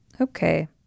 Okay